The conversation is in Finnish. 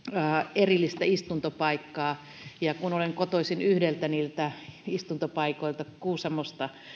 erillistä istuntopaikkaa ja kun olen kotoisin yhdeltä niistä istuntopaikoista kuusamosta